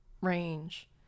range